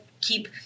keep